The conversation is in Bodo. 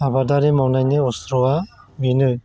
आबादारि मावनायनि अस्ट्रआ बेनो